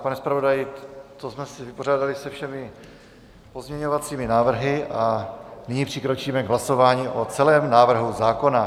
Pane zpravodaji, tím jsme se vypořádali se všemi pozměňovacími návrhy a nyní přikročíme k hlasování o celém návrhu zákona.